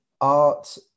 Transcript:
art